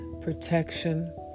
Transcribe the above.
protection